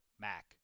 Mac